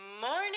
morning